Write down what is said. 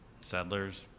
Settlers